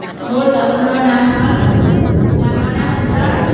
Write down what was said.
মোৰ গাঁওখনৰ নাম হ'ল নামপনা সত্ৰৰ